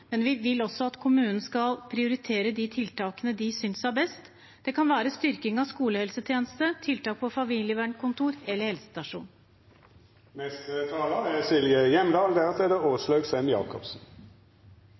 men vi vil også at kommunene skal prioritere de tiltakene de synes er best. Det kan være styrking av skolehelsetjeneste, tiltak på familievernkontor eller helsestasjonen. Få ting er så viktig som å stille opp for barna våre. Det er